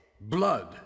Blood